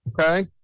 Okay